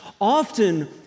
Often